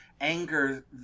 anger